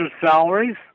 salaries